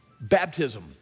baptism